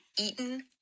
eaten